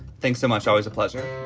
thanks so much. always a pleasure.